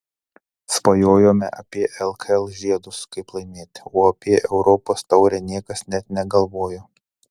svajojome apie lkl žiedus kaip laimėti o apie europos taurę niekas net negalvojo